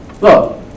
Look